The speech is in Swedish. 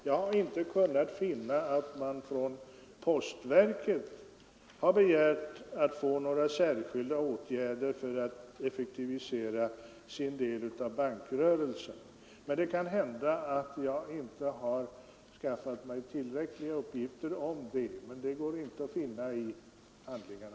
Jag har inte kunnat finna att postverket begärt att några särskilda åtgärder skall vidtas för att effektivisera postverkets del av bankrörelsen. Det kan hända att jag inte har skaffat mig tillräckliga uppgifter om saken, men det går inte att finna några upplysningar härvidlag i handlingarna.